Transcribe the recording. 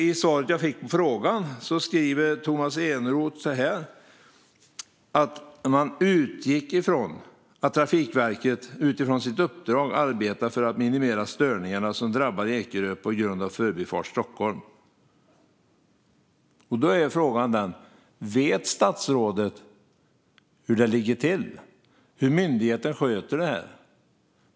I svaret säger Tomas Eneroth: "Jag utgår ifrån att Trafikverket utifrån sitt uppdrag arbetar för att minimera de störningar" som drabbar Ekerö på grund av Förbifart Stockholm. Då är frågan: Vet statsrådet hur det ligger till och hur myndigheten sköter det?